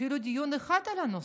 אפילו דיון אחד על הנושא,